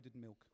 milk